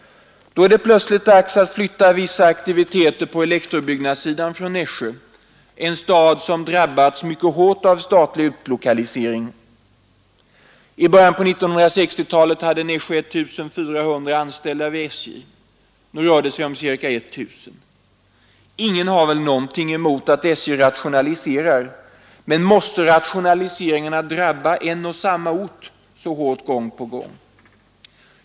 Då är det dags att flytta vissa aktiviteter på elektrobyggnadssidan från Nässjö, en stad som redan drabbats hårt av statlig utlokalisering. I början på 1960-talet hade Nässjö ca 1 400 anställda vid SJ. Nu rör det sig om ca 1 000. Ingen har väl något emot att SJ rationaliserar, men måste rationaliseringarna drabba samma ort så hårt gång på gång?